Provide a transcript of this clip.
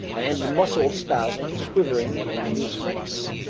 and muscle spasms quivered in his face.